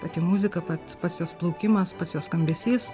pati muzika pats pats jos plaukimas pats jos skambesys